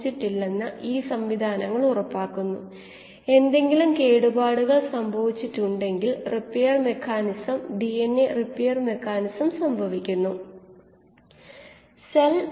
chemostat ഒരു batch റിയാക്ടറിനേക്കാൾ മൂന്നോ നാലോ ഇരട്ടി ഉൽപാദനക്ഷമതയുള്ളതാണ് എന്നർത്ഥം